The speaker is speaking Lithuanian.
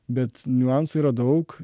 bet niuansų yra daug